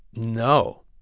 no,